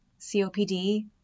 COPD